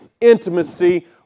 intimacy